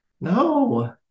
No